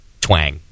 twang